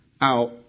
out